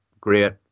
great